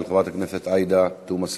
של חברת הכנסת עאידה תומא סלימאן,